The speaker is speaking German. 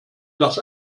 dass